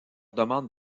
demande